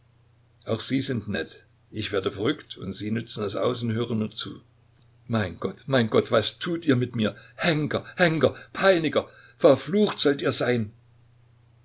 auch sie sind nett ich werde verrückt und sie nützen es aus und hören mir zu mein gott mein gott was tut ihr mit mir henker henker peiniger verflucht sollt ihr sein